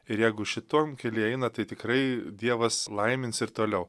ir jeigu šituom kelyje eina tai tikrai dievas laimins ir toliau